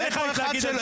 מה אתה יכול להגיד על זה?